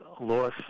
loss